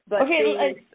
Okay